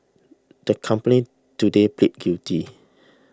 the company today pleaded guilty